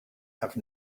have